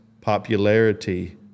popularity